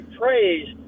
praised